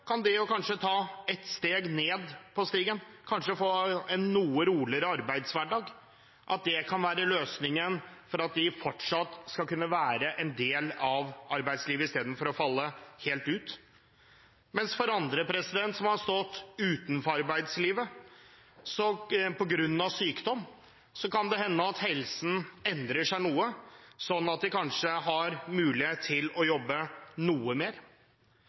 kan det å ta ett steg ned på stigen og kanskje få en noe roligere arbeidshverdag, være løsningen for at de fortsatt skal kunne være en del av arbeidslivet istedenfor å falle helt ut, mens for andre som har stått utenfor arbeidslivet på grunn av sykdom, kan det hende at helsen endrer seg noe sånn at de kanskje har mulighet til å jobbe noe mer.